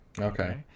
Okay